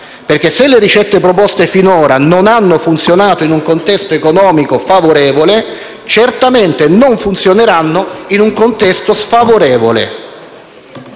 perché se le ricette proposte finora non hanno funzionato in un contesto economico favorevole, certamente non funzioneranno in uno sfavorevole.